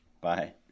Bye